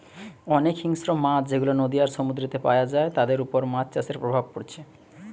অনেক হিংস্র মাছ যেগুলা নদী আর সমুদ্রেতে পায়া যায় তাদের উপর মাছ চাষের প্রভাব পড়ছে